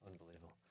Unbelievable